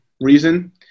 reason